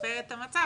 לשפר את המצב.